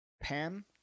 Pam